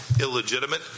illegitimate